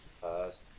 first